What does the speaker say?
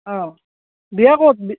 অঁ বিয়া ক'ত বি